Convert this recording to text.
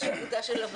ונצביע.